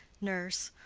nurse.